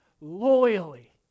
loyally